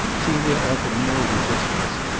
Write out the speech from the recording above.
celia offered no resistance.